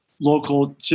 local